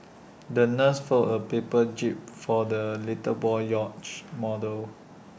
the nurse folded A paper jib for the little boy's yacht model